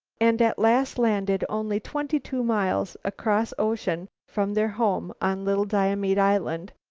and at last landed only twenty-two miles across-ocean from their home, on little diomede island,